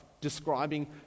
describing